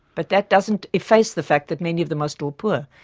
but that doesn't efface the fact that many of them are still poor,